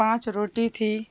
پانچ روٹی تھی